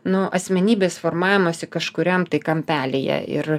nu asmenybės formavimosi kažkuriam tai kampelyje ir